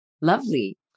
lovely